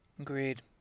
Agreed